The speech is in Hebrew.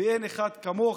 ואין אחד כמוך,